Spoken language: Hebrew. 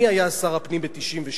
מי היה שר הפנים ב-1996?